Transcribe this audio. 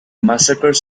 massacre